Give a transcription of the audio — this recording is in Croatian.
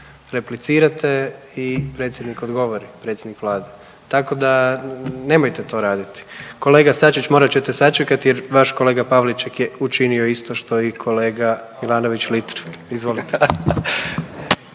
replicirate i predsjednik Vlade odgovori, tako da nemojte to raditi. Kolega Sačić morat ćete sačekati jer vaš kolega Pavliček je učinio isto što i kolega Milanović Litre. Izvolite.